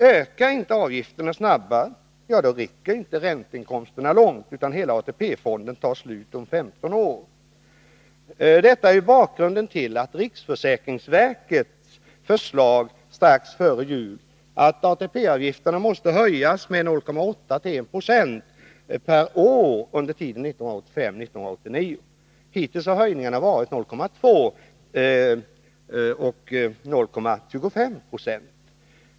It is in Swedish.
Ökar inte avgifterna snabbare, räcker inte ränteinkomsterna långt, utan hela AP-fonden tar slut om 15 år. Detta är bakgrunden till riksförsäkringsverkets förslag strax före jul att ATP-avgifterna måste höjas med 0,8-1,0 26 per år under tiden 1985-1989. Hittills har höjningarna varit 0,2-0,25 96.